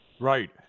Right